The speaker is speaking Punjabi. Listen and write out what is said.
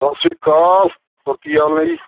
ਸਤਿ ਸ਼੍ਰੀ ਅਕਾਲ ਹੋਰ ਕੀ ਹਾਲ ਨੇ ਜੀ